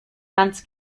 ganz